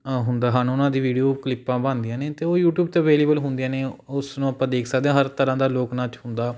ਹੁੰਦੇ ਹਨ ਉਨ੍ਹਾਂ ਦੀ ਵੀਡੀਓ ਕਲਿੱਪਾਂ ਬਣਦੀਆਂ ਨੇ ਅਤੇ ਉਹ ਯੂਟਿਊਬ 'ਤੇ ਅਵੇਲੇਬਲ ਹੁੰਦੀਆਂ ਨੇ ਉਸਨੂੰ ਆਪਾਂ ਦੇਖ ਸਕਦੇ ਹਾਂ ਹਰ ਤਰ੍ਹਾਂ ਦਾ ਲੋਕ ਨਾਚ ਹੰਦਾ